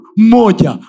moja